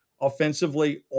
offensively